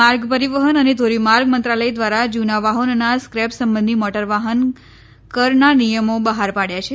માર્ગ પરિવહન અને ધોરીમાર્ગ મંત્રાલય દ્વારા જૂના વાહનોના સ્ક્રેપ સંબંધિ મોટરવાફન કરના નિયમો બહાર પાડ્યા છે